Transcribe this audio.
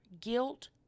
guilt